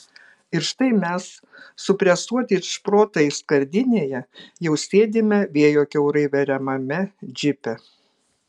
ir štai mes supresuoti it šprotai skardinėje jau sėdime vėjo kiaurai veriamame džipe